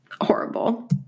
horrible